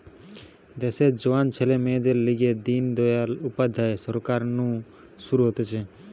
দেশের জোয়ান ছেলে মেয়েদের লিগে দিন দয়াল উপাধ্যায় সরকার নু শুরু হতিছে